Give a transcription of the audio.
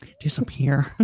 disappear